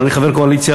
אבל אני חבר קואליציה,